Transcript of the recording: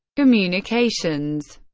communications